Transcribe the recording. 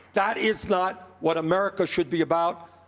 that is not what america should be about.